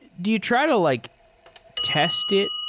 do you try to like test it?